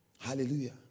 Hallelujah